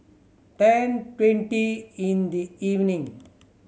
ten twenty in the evening